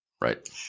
Right